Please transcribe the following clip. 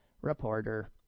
reporter